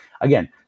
again